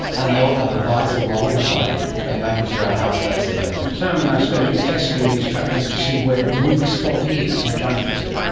and they all have a vital role to play in making sure our house stays together. and simon i suppose you're testing these structures to see where the weak spot island and trying to fix it?